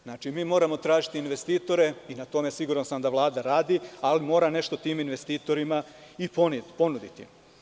Znači, mi moramo tražiti investitore i na tome, siguran sam da Vlada radi, ali mora nešto tim investitorima i ponuditi.